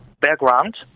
background